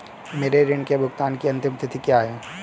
मेरे ऋण के भुगतान की अंतिम तिथि क्या है?